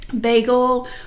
bagel